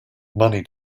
money